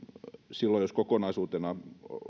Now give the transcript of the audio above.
silloin jos kokonaisuutena